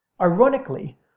Ironically